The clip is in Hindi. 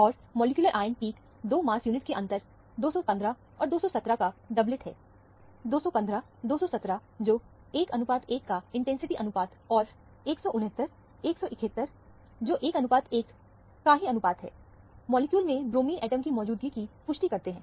और मॉलिक्यूलर आयन पीक दो मास यूनिटके अंतर 215 और 217 का डबलेट है215 217 जो 11 का इंटेंसिटी अनुपात और 169 171 जो 11 का ही अनुपात है मॉलिक्यूल में ब्रोमीन एटम की मौजूदगी की पुष्टि करते हैं